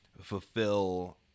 fulfill